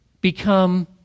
become